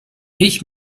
ich